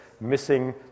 Missing